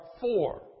four